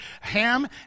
ham